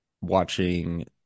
watching